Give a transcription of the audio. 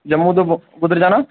जम्मू तों कुद्धर जाना